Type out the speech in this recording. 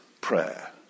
prayer